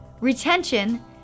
retention